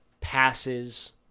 passes